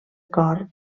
cor